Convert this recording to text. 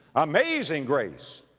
amazing grace,